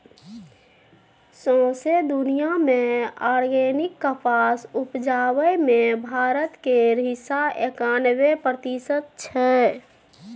सौंसे दुनियाँ मे आर्गेनिक कपास उपजाबै मे भारत केर हिस्सा एकानबे प्रतिशत छै